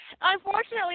Unfortunately